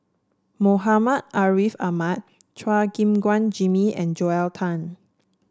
Muhammad Ariff Ahmad Chua Gim Guan Jimmy and Joel Tan